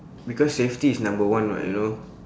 because safety is number one [what] you know